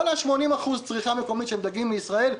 כל ה-80% צריכה מקומית של דגים בישראל,